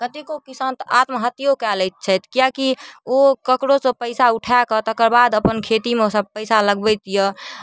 कतेको किसान तऽ आत्महत्यो कए लैत छथि किएक कि ओ ककरोसँ पैसा उठाकऽ तकर बाद अपन खेतीमे सब पैसा लगबैत यऽ